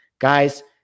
Guys